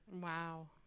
Wow